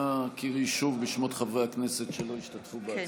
אנא קראי שוב בשמות חברי הכנסת שלא השתתפו בהצבעה.